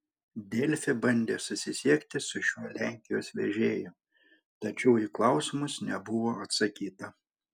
delfi bandė susisiekti su šiuo lenkijos vežėju tačiau į klausimus nebuvo atsakyta